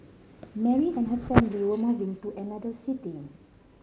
Mary and her family were moving to another city